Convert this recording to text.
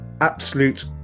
absolute